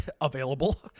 available